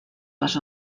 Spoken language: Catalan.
les